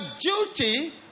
duty